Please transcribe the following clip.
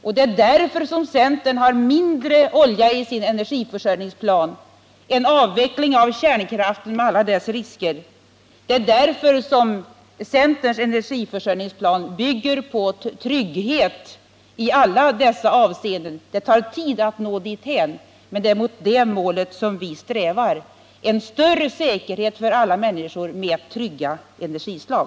Det är också därför som centern i sin energiförsörjningsplan förordar mindre olja och en avveckling av kärnkraften med alla dess risker. Centerns energiförsörjningsplan bygger på trygghet i alla dessa avseenden. Det tar tid att nå dithän, men det är mot det målet vi strävar: en större säkerhet för alla människor med ett tryggat energislag.